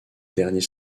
derniers